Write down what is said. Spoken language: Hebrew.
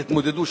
תתמודדו,